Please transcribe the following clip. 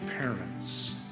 parents